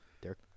Derek